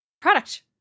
product